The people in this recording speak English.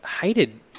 Hated